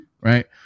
right